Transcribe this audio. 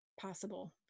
possible